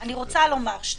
שנייה.